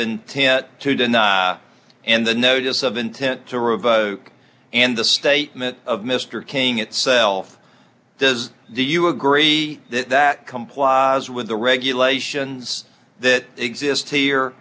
intent to deny in the notice of intent to revoke and the statement of mr king itself does do you agree that that complies with the regulations that exist here